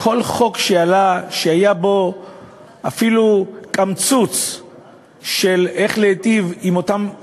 כל חוק שעלה והיה בו אפילו קמצוץ של איך להיטיב עם אותם חלשים,